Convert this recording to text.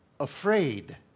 afraid